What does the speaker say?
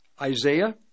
Isaiah